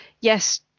yes